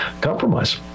compromise